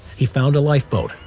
he found a lifeboat,